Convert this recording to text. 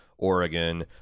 Oregon